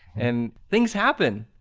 and things happen.